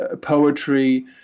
poetry